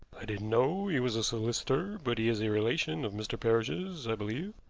i didn't know he was a solicitor, but he is a relation of mr. parrish's, i believe,